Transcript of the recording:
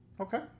Okay